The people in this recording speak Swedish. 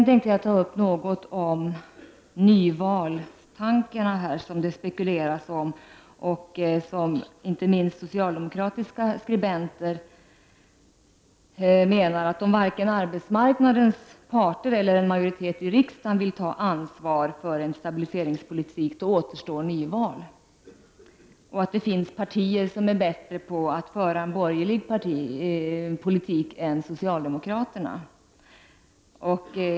Så tänkte jag något beröra nyvalstankarna. Det spekuleras ju i nyval, och inte minst socialdemokratiska skribenter menar att för det fall varken arbetsmarknadens parter eller en majoritet i riksdagen vill ta ansvar för en stabiliseringspolitik, då återstår alternativet nyval. Det finns partier som är bättre på att föra en borgerlig politik än vad socialdemokraterna är, sägs det.